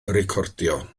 recordio